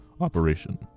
operation